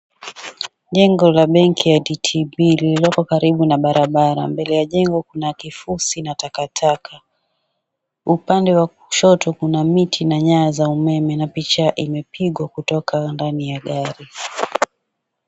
Jengo la Benki ya DTB lililoko karibu na barabara mbele ya jengo kuna kifusi na takataka, upande wa kushoto kuna miti na nyaya za umeme na picha imepigwa kutoka ndani ya gari.